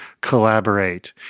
collaborate